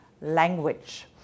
language